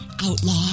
Outlaw